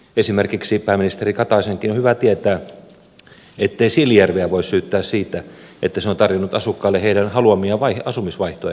esimerkiksi pääministeri kataisenkin on hyvä tietää ettei siilinjärveä voi syyttää siitä että se on tarjonnut asukkaille heidän haluamiaan asumisvaihtoehtoja